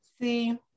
See